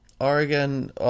Oregon